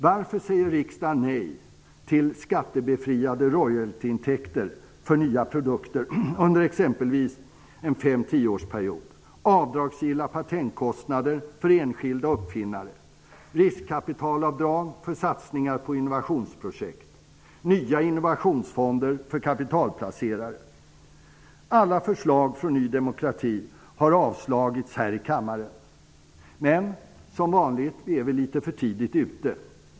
Varför säger riksdagen nej till skattebefriade royaltyintäkter för nya produkter under exempelvis en 5--10-årsperiod? Varför säger riksdagen nej till avdragsgilla patentkostnader för enskilda uppfinnare, till riskkapitalavdrag för satsningar på innovationsprojekt och till nya innovationsfonder för kapitalplacerare? Det är alla förslag från Ny demokrati som har avslagits här i kammaren. Men som vanligt är vi litet för tidigt ute.